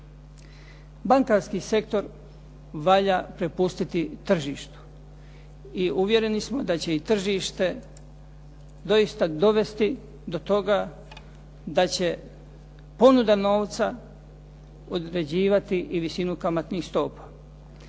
Bankarski sektor valja prepustiti tržištu. I uvjereni smo da će i tržište doista dovesti do toga da će ponuda novca određivati i visinu kamatnih stopa.